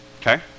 okay